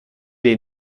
est